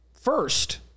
first